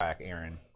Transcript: Aaron